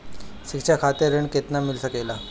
शिक्षा खातिर ऋण केतना मिल सकेला?